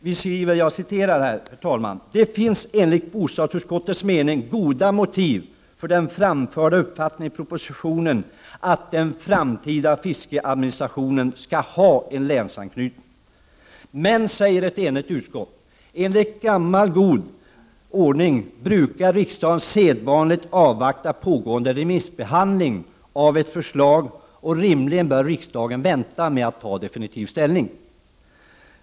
Vi skriver: ”Det finns enligt bostadsutskottets mening goda motiv för den framförda uppfattningen i propositionen att den framtida fiskeriadministrationen skall ha en länsanknytning.” Men, säger ett enigt utskott, enligt gammal god ordning brukar riksdagen sedvanligt avvakta pågående remissbehandling av ett förslag. Rimligen bör riksdagen vänta med att ta definitiv ställning.